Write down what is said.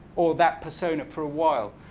or that persona, for a while.